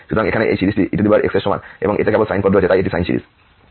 সুতরাং এখানে এই সিরিজটি ex এর সমান এবং এতে কেবল সাইন পদ রয়েছে তাই এটি সাইন সিরিজ